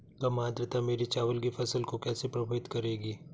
कम आर्द्रता मेरी चावल की फसल को कैसे प्रभावित करेगी?